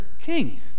king